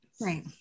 Right